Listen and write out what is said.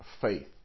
faith